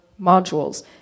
modules